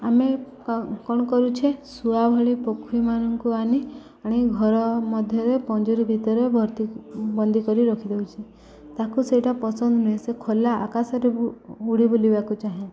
ଆମେ କ'ଣ କରୁଛେ ଶୁଆ ଭଳି ପକ୍ଷୀମାନଙ୍କୁ ଆଣି ଆଣି ଘର ମଧ୍ୟରେ ପଞ୍ଜୁରୀ ଭିତରେ ଭର୍ତ୍ତି ବନ୍ଦୀ କରି ରଖିଦେଉଛେ ତାକୁ ସେଇଟା ପସନ୍ଦ ନୁହେଁ ସେ ଖୋଲା ଆକାଶରେ ଉଡ଼ିି ବୁଲିବାକୁ ଚାହେଁ